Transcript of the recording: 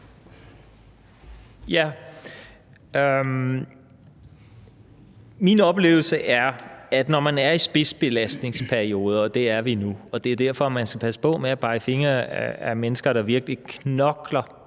Min oplevelse er, at når man er i spidsbelastningsperioder, og det er vi nu, skal man passe på med at pege fingre ad mennesker, der virkelig knokler